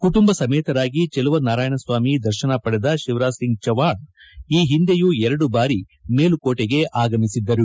ಕುಟುಂಬ ಸಮೇತರಾಗಿ ಚಲುವ ನಾರಾಯಣಸ್ವಾಮಿ ದರ್ಶನ ಪಡೆದ ಶಿವರಾಜ್ ಸಿಂಗ್ ಜೌಹ್ವಾಣ್ ಈ ಹಿಂದೆಯೂ ಎರಡು ಬಾರಿ ಮೇಲುಕೋಟೆಗೆ ಆಗಮಿಸಿದ್ದರು